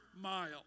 mile